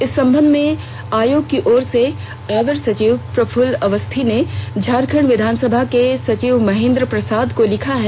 इस संबंध में आयोग की ओर से अवर सचिव प्रफुल्ल अवस्थी ने झारखंड विधानसभा के सचिव महेंद्र प्रसाद को लिखा है